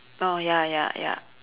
oh ya ya ya